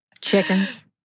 chickens